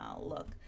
look